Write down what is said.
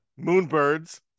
Moonbirds